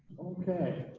okay.